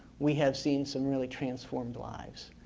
we have seen some really transformed lives.